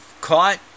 caught